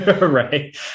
Right